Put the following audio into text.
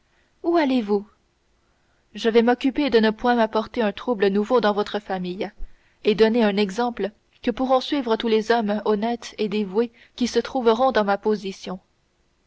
où allez-vous je vais m'occuper de ne point apporter un trouble nouveau dans votre famille et donner un exemple que pourront suivre tous les hommes honnêtes et dévoués qui se trouveront dans ma position